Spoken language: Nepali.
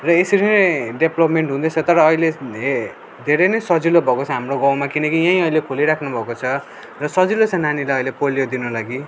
र यसरी नै डेप्लपमेन्ट हुँदैछ तर अहिले ए धेरै नै सजिलो भएको छ हाम्रो गाउँमा किनकि यहीँ अहिले खोलिराख्नु भएको छ र सजिलो छ नानीहरूलाई अहिले पोलियो दिनु लागि